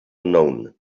known